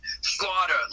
Slaughter